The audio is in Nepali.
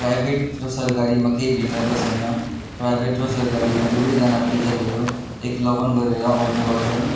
प्राइभेट र सरकारीमा केही भिन्नता छैन प्राइभेट र सरकारीमा दुवैजना टिचरहरू एक लगन गरेर आउने गर्छन्